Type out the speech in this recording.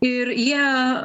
ir jie